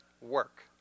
work